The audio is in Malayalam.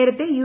നേരത്തെ യു